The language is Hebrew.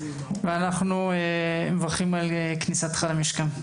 ואנחנו מברכים על כניסתך למשכן.